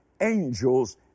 Angels